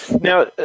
Now